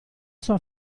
sua